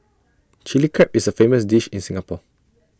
Chilli Crab is A famous dish in Singapore